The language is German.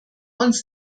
uns